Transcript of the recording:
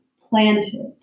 planted